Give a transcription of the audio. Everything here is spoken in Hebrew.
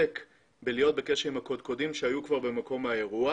התעסק בלהיות בקשר עם הקודקודים שהיו כבר במקום האירוע